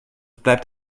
bleibt